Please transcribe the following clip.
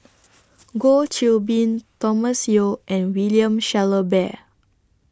Goh Qiu Bin Thomas Yeo and William Shellabear